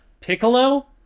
Piccolo